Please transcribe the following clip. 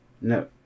No